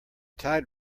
tide